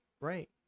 Right